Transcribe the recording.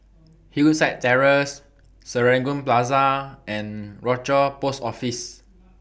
Hillside Terrace Serangoon Plaza and Rochor Post Office